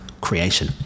creation